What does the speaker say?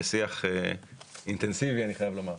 בשיח אינטנסיבי אני חייב לומר,